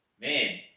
man